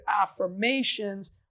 affirmations